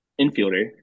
infielder